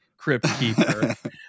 cryptkeeper